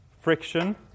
friction